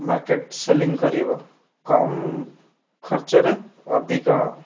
market selling କରିବ କମ୍ ଖର୍ଚ୍ଚରେ ଅଧିକ